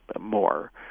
more